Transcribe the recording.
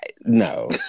no